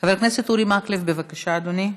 חבר הכנסת אורי מקלב, בבקשה, אדוני.